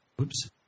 Oops